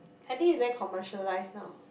I think it's very commercialised now